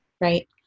right